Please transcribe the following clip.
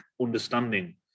understanding